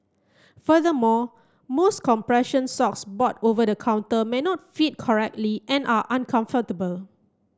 furthermore most compression socks bought over the counter may not fit correctly and are uncomfortable